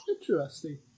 Interesting